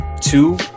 two